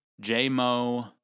J-Mo